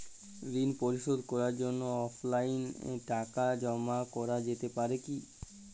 ঋন পরিশোধ করার জন্য অনলাইন টাকা জমা করা যেতে পারে কি?